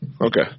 Okay